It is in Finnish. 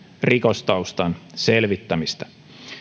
rikostaustan selvittämistä